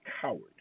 coward